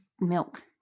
milk